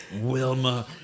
Wilma